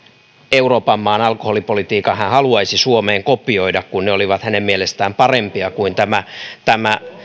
euroopan maan alkoholipolitiikan hän haluaisi suomeen kopioida kun ne olivat hänen mielestään parempia kuin